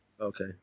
Okay